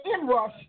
inrush